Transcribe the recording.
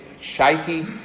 shaky